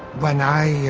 when i